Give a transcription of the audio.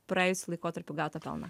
praėjusių laikotarpių gautą pelną